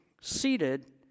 Seated